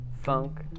funk